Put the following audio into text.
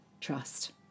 trust